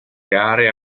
gare